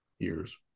years